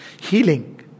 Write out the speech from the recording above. Healing